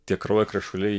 tie kraujo krešuliai